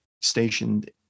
stationed